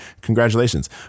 Congratulations